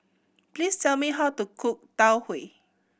please tell me how to cook Tau Huay